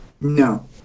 No